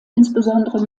insbesondere